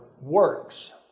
works